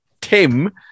Tim